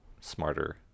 smarter